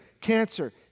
cancer